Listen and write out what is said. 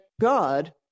God